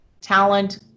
talent